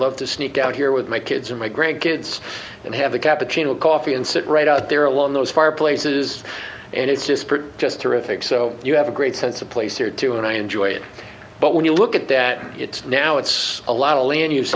love to sneak out here with my kids and my grandkids and have a cappuccino coffee and sit right out there along those fireplaces and it's just just terrific so you have a great sense of place here too and i enjoy it but when you look at that it's now it's a lot of land use